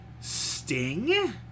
Sting